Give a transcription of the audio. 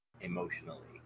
emotionally